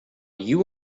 you